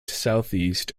southeast